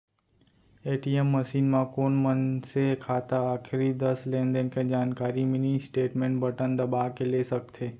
ATM machine म कोन मनसे खाता आखरी दस लेनदेन के जानकारी मिनी स्टेटमेंट बटन दबा के ले सकथे